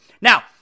Now